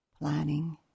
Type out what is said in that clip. planning